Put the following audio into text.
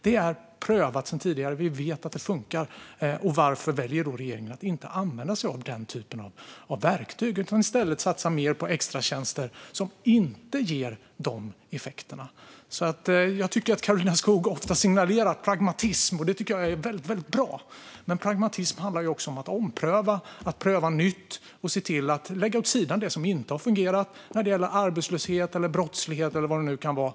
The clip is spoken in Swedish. Det är prövat sedan tidigare, och vi vet att det funkar. Varför väljer då regeringen att inte använda sig av den typen av verktyg utan i stället satsa mer på extratjänster som inte ger de effekterna? Jag tycker att Karolina Skog ofta signalerar pragmatism, och det tycker jag är väldigt bra. Men pragmatism handlar också om att ompröva, pröva nytt och lägga det som inte har fungerat åt sidan när det gäller arbetslöshet, brottslighet eller vad det nu kan vara.